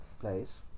place